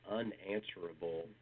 unanswerable